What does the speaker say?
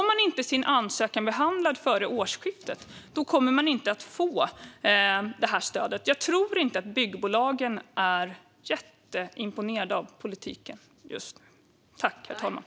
Om man inte får sin ansökan behandlad före årsskiftet kommer man inte att få stöd. Jag tror inte att byggbolagen är jätteimponerade av politiken just nu.